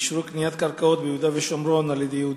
ואישרו קניית קרקעות ביהודה ושומרון על-ידי יהודים.